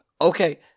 Okay